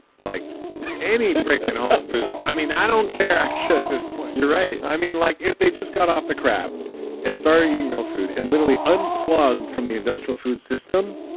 like any fricken whole food. i mean i don't care actually at this point you're right i mean like if they just got off the crap and started eating real food, and literally unplugged from the industrial food system,